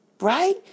right